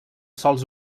sols